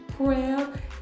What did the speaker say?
Prayer